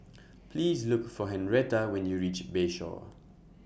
Please Look For Henretta when YOU REACH Bayshore